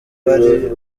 hari